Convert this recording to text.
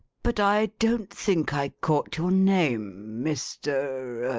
but i don't think i caught your name, mr er